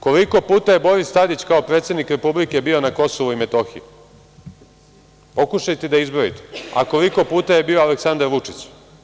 Koliko puta je Boris Tadić kao predsednik Republike bio na KiM, pokušajte da izbrojite, a koliko puta je bio Aleksandar Vučić?